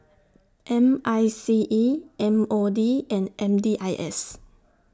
M I C E M O D and M D I S